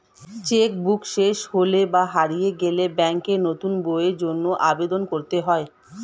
check book শেষ হলে বা হারিয়ে গেলে ব্যাঙ্কে নতুন বইয়ের জন্য আবেদন করতে হয়